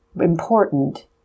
important